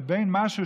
לבין משהו,